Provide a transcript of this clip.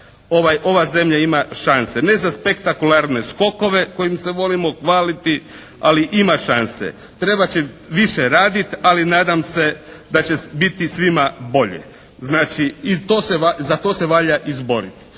ova zemlja ima šanse. Ne za spektakularne skokove kojim se volimo hvaliti ali ima šanse. Trebat će više raditi ali nadam se da će biti svima bolje. Znači i to se, za to se valja izboriti.